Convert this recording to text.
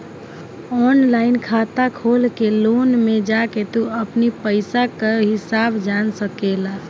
online खाता खोल के लोन में जाके तू अपनी पईसा कअ हिसाब जान सकेला